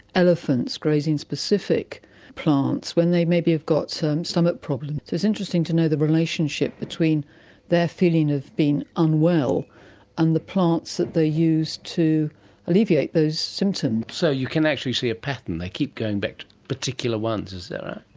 elephants grazing specific plants when they maybe have got so um stomach problems. it's interesting to know the relationship between their feeling of being unwell and the plants that they use to alleviate those symptoms. so you can actually see a pattern? they keep going back to particular ones, is that right?